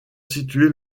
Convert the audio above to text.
situées